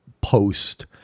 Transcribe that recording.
post